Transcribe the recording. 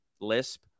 lisp